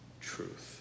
truth